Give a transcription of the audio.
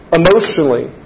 emotionally